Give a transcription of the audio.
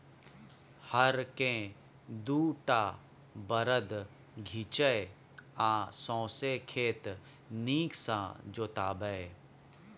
हर केँ दु टा बरद घीचय आ सौंसे खेत नीक सँ जोताबै